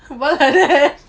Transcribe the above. why like that